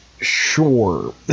Sure